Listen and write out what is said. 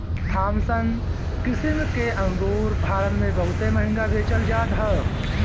Thompson किसिम के अंगूर भारत में बहुते महंग बेचल जात हअ